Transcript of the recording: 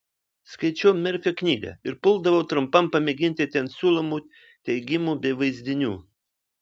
skaičiau merfio knygą ir puldavau trumpam pamėginti ten siūlomų teigimų bei vaizdinių